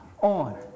on